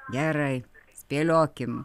gerai spėliokim